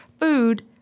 food